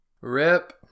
Rip